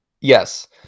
Yes